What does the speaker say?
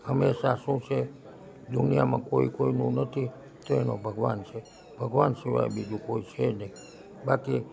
હંમેશા શું છે દુનિયામાં કોઈ કોઈનું નથી તો એનો ભગવાન છે ભગવાન સિવાય બીજું કોઈ છે નહીં બાકી